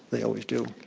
they always do,